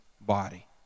body